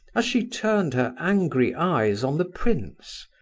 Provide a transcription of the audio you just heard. as she turned her angry eyes on the prince.